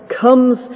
comes